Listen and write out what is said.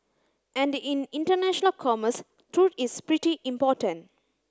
and in international commerce truth is pretty important